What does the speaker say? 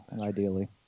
ideally